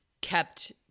kept